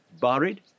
buried